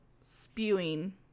spewing